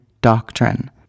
doctrine